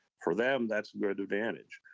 for them, that's a good advantage.